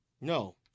No